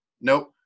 Nope